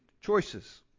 choices